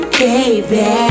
baby